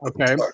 Okay